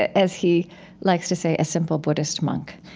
as he likes to say, a simple buddhist monk.